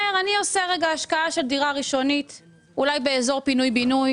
הם אומרים: "אנחנו עושים השקעה בדירה ראשונית; אולי באזור פינוי-בינוי